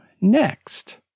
next